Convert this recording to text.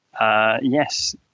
Yes